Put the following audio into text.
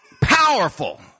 powerful